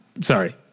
sorry